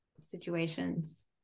situations